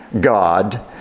God